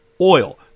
oil